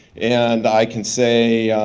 and i can say,